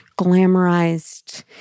glamorized